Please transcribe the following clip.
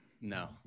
No